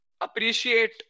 appreciate